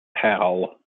powell